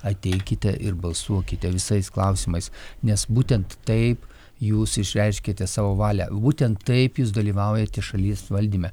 ateikite ir balsuokite visais klausimais nes būtent taip jūs išreiškiate savo valią būtent taip jūs dalyvaujate šalies valdyme